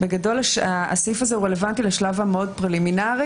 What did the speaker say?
בגדול הסעיף הזה רלוונטי לשלב המאוד פרלימינרי,